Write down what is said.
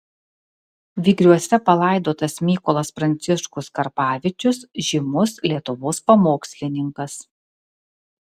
vygriuose palaidotas mykolas pranciškus karpavičius žymus lietuvos pamokslininkas